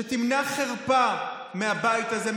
שתמנע חרפה מהבית הזה,